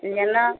ஏன்னால்